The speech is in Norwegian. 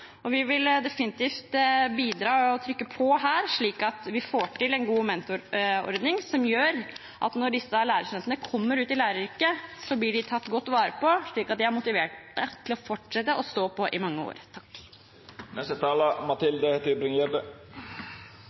og vi vil definitivt bidra og trykke på, slik at vi får til en god mentorordning som gjør at disse lærerstudentene blir tatt godt vare på når de kommer ut i læreryrket, slik at de er motiverte til å fortsette å stå på i mange år.